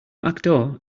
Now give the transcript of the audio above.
backdoor